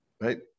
right